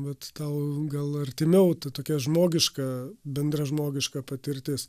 vat tau gal artimiau ta tokia žmogiška bendražmogiška patirtis